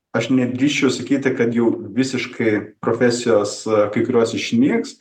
aš nedrįsčiau sakyti kad jau visiškai profesijos kai kurios išnyks